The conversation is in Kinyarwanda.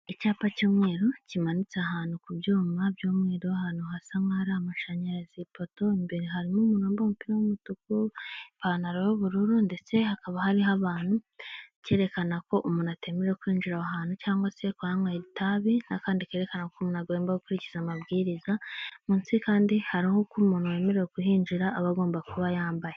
Icyapa cy'umweru kimanitse ahantu ku byuma by'umweru ahantu hasa nkaho ari amashanyarazi, ipoto imbere harimo umuntumba umupira w'umutuku ipantaro y'ubururu, ndetse hakaba hariho abantu cyerekana ko umuntu atemerewe kwinjira aha hantu cyangwa se kunywa itabi, n'akandi kerekana ko umuntu agomba gukurikiza amabwiriza munsi kandi ha uko umuntu wemere kuhinjira aba agomba kuba yambaye.